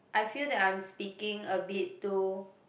I feel that I'm speaking a bit too